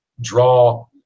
draw